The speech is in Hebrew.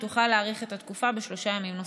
היא תוכל להאריך את התקופה בשלושה ימים נוספים.